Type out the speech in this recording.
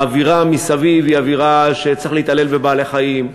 האווירה מסביב היא שצריך להתעלל בבעלי-חיים.